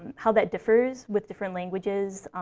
how that differs with different languages,